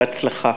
בהצלחה.